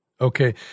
Okay